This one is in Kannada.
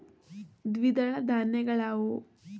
ದ್ವಿದಳ ಧಾನ್ಯಗಳಾವುವು?